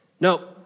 No